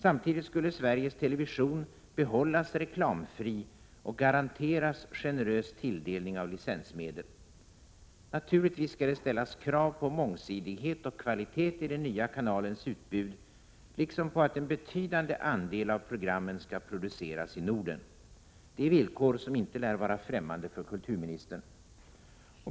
Sveriges Television skulle samtidigt fortsätta att vara reklamfri och garanteras generös tilldelning av licensmedel. Det skall naturligtvis ställas krav på mångsidighet och kvalitet i den nya kanalens utbud, liksom på att en betydande andel av programmen skall produceras i Norden. Det är villkor som inte lär vara främmande för kulturministern!